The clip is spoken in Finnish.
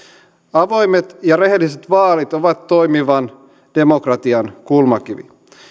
avoimet ja rehelliset vaalit ovat toimivan demokratian kulmakivi